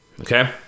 okay